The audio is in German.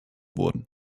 wurden